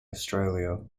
australia